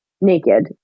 naked